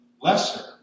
lesser